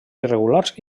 irregulars